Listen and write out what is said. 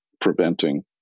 preventing